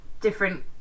different